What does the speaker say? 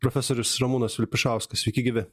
profesorius ramūnas vilpišauskas sveiki gyvi